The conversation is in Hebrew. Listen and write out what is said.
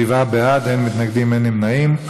שבעה בעד, אין מתנגדים, אין נמנעים.